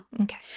Okay